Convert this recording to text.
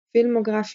פילמוגרפיה